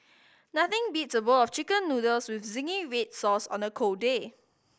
nothing beats a bowl of Chicken Noodles with zingy red sauce on a cold day